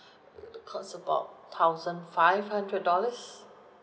it costs about thousand five hundred dollars